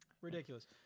ridiculous